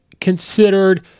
considered